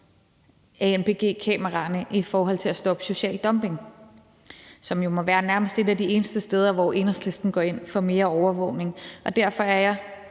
anpg-kameraerne i forhold til at stoppe social dumping, som jo må være nærmest et af de eneste steder, hvor Enhedslisten går ind for mere overvågning. Derfor er jeg